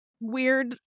weird